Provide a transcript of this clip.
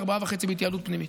4.5 בהתייעלות פנימית,